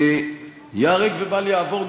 ייהרג ובל יעבור,